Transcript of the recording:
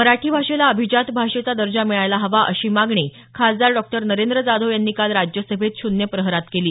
मराठी भाषेला अभिजात भाषेचा दर्जा मिळायला हवा अशी मागणी खासदार डॉ नरेंद्र जाधव यांनी काल राज्यसभेत शून्य प्रहरात केली